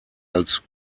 als